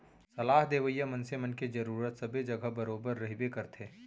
सलाह देवइया मनसे मन के जरुरत सबे जघा बरोबर रहिबे करथे